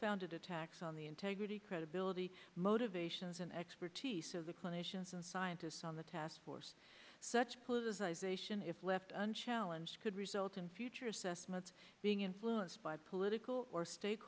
founded attacks on the integrity credibility motivations and expertise of the clinicians and scientists on the task force such politicization if left unchallenged could result in future assessments being influenced by political or stake